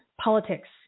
Politics